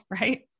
Right